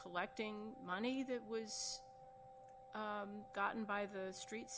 collecting money that was gotten by the street